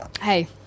Hey